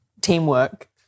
teamwork